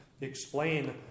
explain